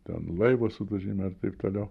ten laivo sudužimą ir taip toliau